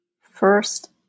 first